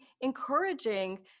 encouraging